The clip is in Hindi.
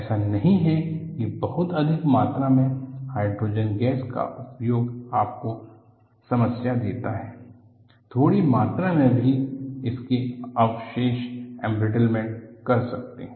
ऐसा नहीं है कि बहुत अधिक मात्रा में हाइड्रोजन गैस का उपयोग आपको समस्या देता है थोड़ी मात्रा मे भी इसके अवशेष एंब्रिटलमेंट कर सकते है